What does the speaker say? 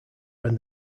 when